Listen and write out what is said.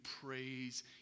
praise